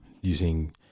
using